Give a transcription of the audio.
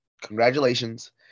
Congratulations